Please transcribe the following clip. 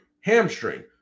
hamstring